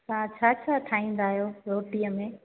तव्हां छा छा ठाहींदा आहियो रोटीअ में